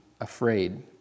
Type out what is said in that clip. afraid